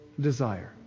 desire